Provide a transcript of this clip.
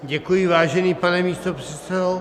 Děkuji, vážený pane místopředsedo.